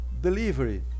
Delivery